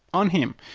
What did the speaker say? on him.